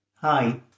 Hi